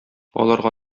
аларга